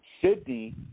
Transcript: Sydney